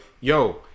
yo